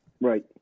Right